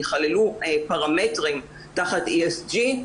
יכללו פרמטרים תחת ESG,